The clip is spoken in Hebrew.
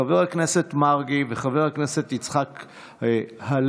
חבר הכנסת מרגי וחבר הכנסת יצחק הלוי.